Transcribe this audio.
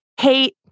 hate